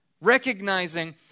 recognizing